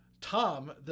Tom